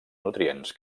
nutrients